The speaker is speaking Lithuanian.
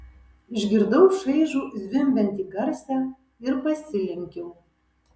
išgirdau šaižų zvimbiantį garsą ir pasilenkiau